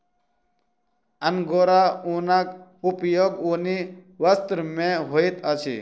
angora ऊनक उपयोग ऊनी वस्त्र में होइत अछि